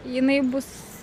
jinai bus